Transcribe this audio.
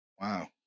Wow